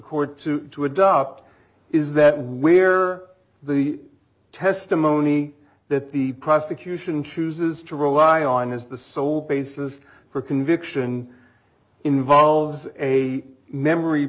court to to adopt is that where the testimony that the prosecution chooses to rely on is the sole basis for conviction involves a memory